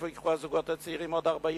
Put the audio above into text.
מאיפה ייקחו הזוגות הצעירים עוד 40%?